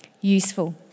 useful